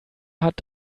hat